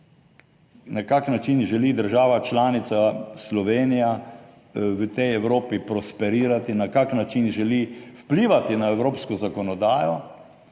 na kakšen način želi država članica Slovenija v tej Evropi prosperirati, na kakšen način želi vplivati na evropsko zakonodajo,